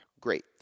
Great